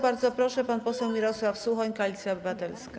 Bardzo proszę, pan poseł Mirosław Suchoń, Koalicja Obywatelska.